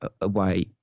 away